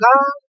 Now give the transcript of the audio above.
God